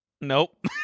nope